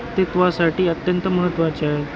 अस्तित्त्वासाठी अत्यंत महत्त्वाचे आहे